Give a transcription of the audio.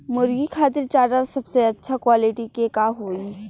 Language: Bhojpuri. मुर्गी खातिर चारा सबसे अच्छा क्वालिटी के का होई?